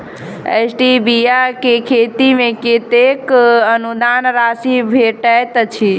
Stevia केँ खेती मे कतेक अनुदान राशि भेटैत अछि?